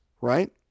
right